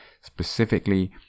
specifically